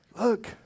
Look